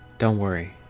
don't worry.